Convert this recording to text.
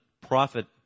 profit